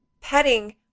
petting